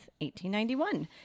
1891